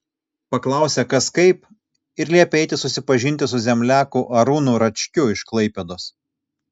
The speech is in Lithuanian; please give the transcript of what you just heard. paklausė kas kaip ir liepė eiti susipažinti su zemliaku arūnu račkiu iš klaipėdos